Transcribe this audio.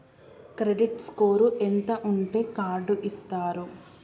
Credit score ఎంత ఉంటే card ఇస్తారు?